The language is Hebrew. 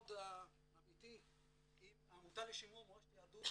מאוד אמיתי עם העמותה לשימור מורשת יהדות